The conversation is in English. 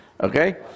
Okay